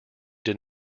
did